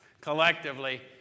collectively